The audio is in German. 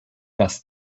was